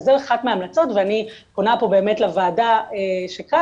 אז זו אחת מההמלצות ואני פונה פה באמת לוועדה שכאן,